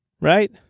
Right